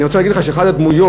אני רוצה להגיד לך שאחת הדמויות,